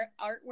artwork